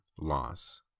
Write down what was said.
loss